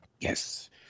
Yes